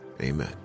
amen